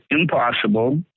impossible